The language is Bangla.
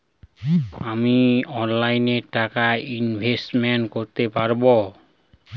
আমি অনলাইনে টাকা ইনভেস্ট করতে পারবো?